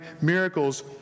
miracles